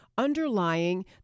underlying